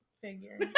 figure